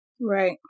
Right